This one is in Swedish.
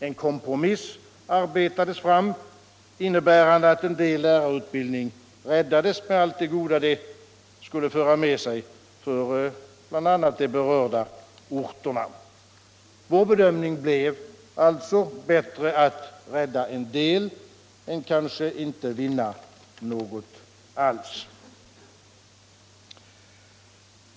En kompromiss arbetades därför fram, vilken innebar att en del lärarutbildning räddades —- med allt det goda som det skulle föra med sig för bl.a. de berörda orterna: Vår bedömning blev alltså: Bättre att rädda en del än att kanske inte vinna något alls.